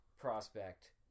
prospect